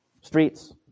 Streets